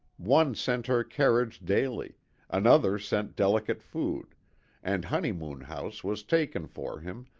one sent her carriage daily another sent deli cate food and honeymoon house was taken for him,